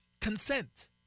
consent